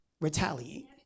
retaliate